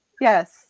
Yes